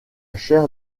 chair